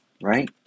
right